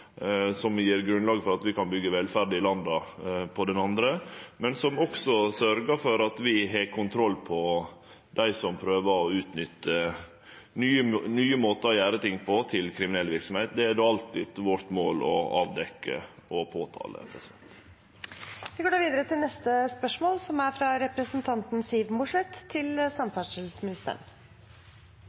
for at vi kan byggje velferd i landa. Men det sørgjer også for at vi har kontroll på dei som prøver å utnytte nye måtar å gjere ting på til kriminell verksemd. Det er alltid målet vårt å avdekkje og påtale det. «I postloven § 19 tredje ledd står det: «Utleveringspostkasse kan settes opp på fremmed grunn når leveringspliktig tilbyder finner det nødvendig av hensyn til